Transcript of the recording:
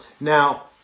Now